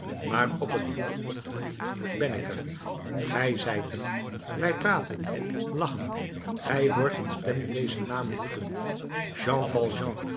maar op een goeden ochtend ben ik er gij zijt er wij praten lachen gij hoort een stem dezen naam roepen jean